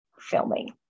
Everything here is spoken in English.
filming